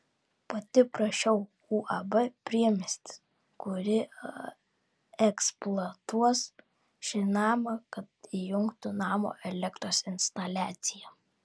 pati prašiau uab priemiestis kuri eksploatuos šį namą kad įjungtų namo elektros instaliaciją